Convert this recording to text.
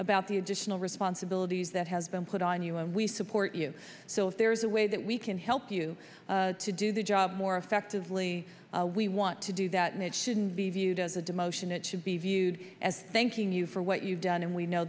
about the additional responsibilities that has been put on you and we support you so if there's a way that we can help you to do the job more effectively we want to do that and it shouldn't be viewed as a demotion it should be viewed as thanking you for what you've done and